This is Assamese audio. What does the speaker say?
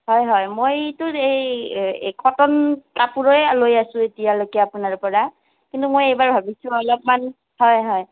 হয় হয় মইতু এই কটন কাপোৰেই লৈ আছোঁ এতিয়ালৈকে আপোনাৰ পৰা কিন্তু মই এইবাৰ ভাবিছোঁ অলপমান হয় হয়